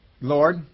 Lord